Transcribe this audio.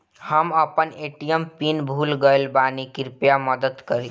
हम अपन ATM PIN भूल गएल बानी, कृपया मदद करीं